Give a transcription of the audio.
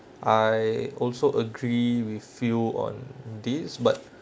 I also agree with few on this but